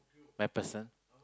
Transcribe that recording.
MacPherson